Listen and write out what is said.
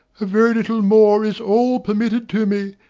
a very little more is all permitted to me.